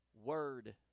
Word